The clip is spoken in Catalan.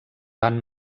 van